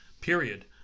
period